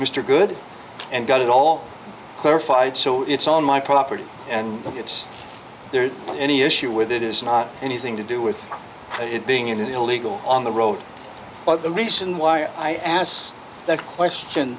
mr good and got it all clarified so it's on my property and it's there any issue with it is not anything to do with it being an illegal on the road but the reason why i asked that question